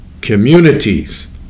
communities